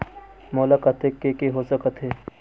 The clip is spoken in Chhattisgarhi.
मोला कतेक के के हो सकत हे?